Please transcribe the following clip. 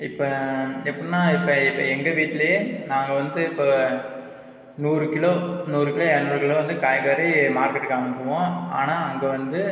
இப்போ எப்பின்னா இப்போ இப்போ எங்கள் வீட்டுலையே நாங்கள் வந்து இப்போ நூறு கிலோ நூறு கிலோ இரநூறு கிலோ வந்து காய்கறி மார்கெட்டுக்கு அனுப்புவோம் ஆனால் அங்கே வந்து